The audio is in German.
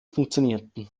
funktionierten